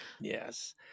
Yes